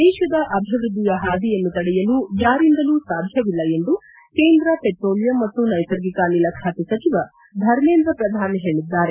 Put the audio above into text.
ದೇಶದ ಅಭಿವ್ದದ್ದಿಯ ಪಾದಿಯನ್ನು ತಡೆಯಲು ಯಾರಿಂದಲೂ ಸಾಧ್ವವಿಲ್ಲ ಎಂದು ಕೇಂದ್ರ ಪೆಟ್ರೋಲಿಯಂ ಮತ್ತು ನೈಸರ್ಗಿಕ ಅನಿಲ ಖಾತೆ ಸಚಿವ ಧಮೇಂದ್ರ ಪ್ರಧಾನ್ ಹೇಳಿದ್ದಾರೆ